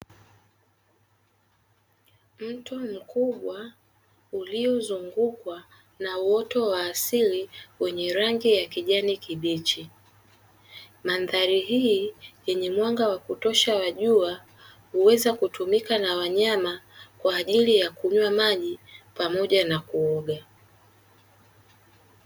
Mto mkubwa uliozungukwa na uoto wa asili wenye rangi ya kijani kibichi. Mandhari hii yenye mwanga wa kutosha jua huweza kutumika na wanyama kunywea maji pamoja na kuoga.